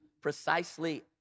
precisely